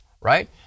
right